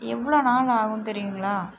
எவ்வளோ நாள் ஆகும் தெரியுங்களா